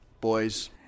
boys